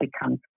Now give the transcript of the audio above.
becomes